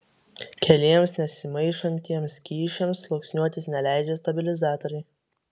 keliems nesimaišantiems skysčiams sluoksniuotis neleidžia stabilizatoriai